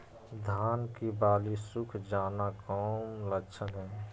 धान की बाली सुख जाना कौन लक्षण हैं?